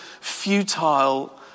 futile